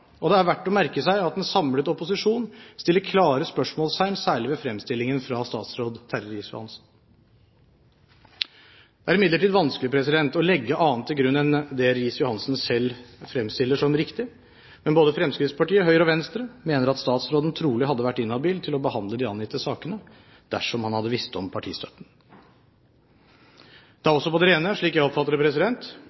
og det er verdt å merke seg at en samlet opposisjon setter klare spørsmålstegn særlig ved fremstillingen fra statsråd Terje Riis-Johansen. Det er imidlertid vanskelig å legge annet til grunn enn det Riis-Johansen selv fremstiller som riktig, men både Fremskrittspartiet, Høyre og Venstre mener at statsråden trolig hadde vært inhabil til å behandle de angitte sakene dersom han hadde visst om partistøtten.